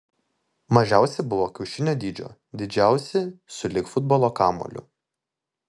mažiausi buvo kiaušinio dydžio didžiausi sulig futbolo kamuoliu